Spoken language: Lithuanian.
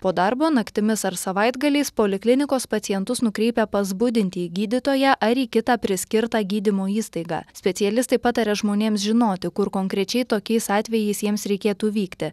po darbo naktimis ar savaitgaliais poliklinikos pacientus nukreipia pas budintįjį gydytoją ar į kitą priskirtą gydymo įstaigą specialistai pataria žmonėms žinoti kur konkrečiai tokiais atvejais jiems reikėtų vykti